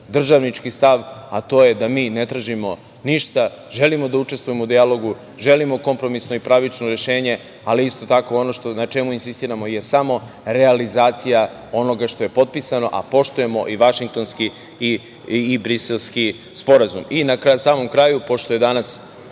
državnički stav, a to je da mi ne tražimo ništa, želimo da učestvujemo u dijalogu, želimo kompromisno i pravično rešenje, ali isto tako ono na čemu insistiramo je samo realizacija onoga što je potpisano, a poštujemo i Vašingtonski i Briselski sporazum. Na samom kraju, pošto je danas